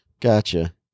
Gotcha